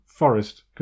Forest